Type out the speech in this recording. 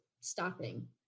stopping